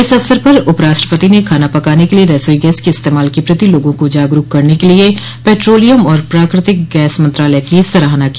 इस अवसर पर उपराष्ट्रपति ने खाना पकाने के लिए रसोई गैस के इस्तेमाल के प्रति लोगों को जागरूक करने के लिए पैट्रोलियम और प्राकृतिक गैस मंत्रालय की सराहना की